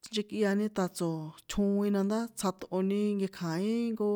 Tsinchekꞌiani ta̱ tso̱tsjoin nandá tsjaṭꞌoni nkekja̱in nko